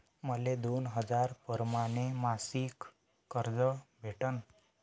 मले दोन हजार परमाने मासिक कर्ज कस भेटन?